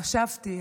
חשבתי,